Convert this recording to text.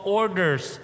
orders